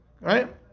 Right